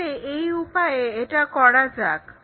তাহলে এই উপায়ে এটা করা যাক